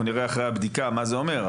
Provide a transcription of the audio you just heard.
אנחנו נראה אחרי הבדיקה מה זה אומר,